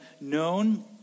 known